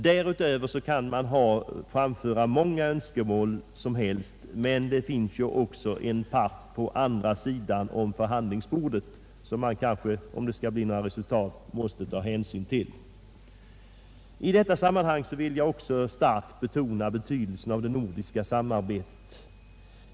Därutöver kan man framföra hur många önskemål som helst, men det finns ju också på andra sidan om förhandlingsbordet en part som man kanske måste ta hänsyn till om det skall bli några resultat. I detta sammanhang vill jag starkt betona betydelsen av det nordiska samarbetet.